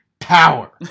power